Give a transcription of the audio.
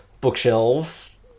bookshelves